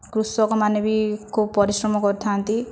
କୃଷକମାନେ ବି ଖୁବ୍ ପରିଶ୍ରମ କରିଥା'ନ୍ତି